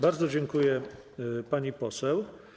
Bardzo dziękuję, pani poseł.